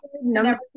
Number